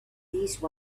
these